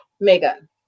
megan